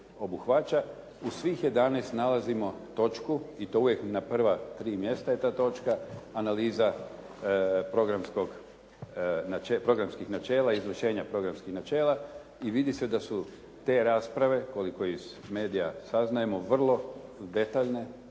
jedanaest nalazimo točku i to uvijek na prva tri mjesta je ta točka Analiza programskih načela i izvršena programskih načela i vidi se da su te rasprave koliko iz medija saznajemo vrlo detaljne,